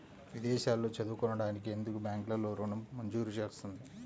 విదేశాల్లో చదువుకోవడానికి ఎందుకు బ్యాంక్లలో ఋణం మంజూరు చేస్తుంది?